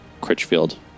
Critchfield